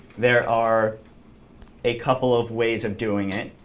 there are a couple of ways of doing it.